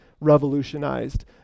revolutionized